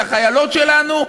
את החיילות שלנו,